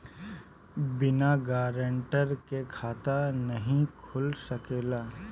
बिना गारंटर के खाता नाहीं खुल सकेला?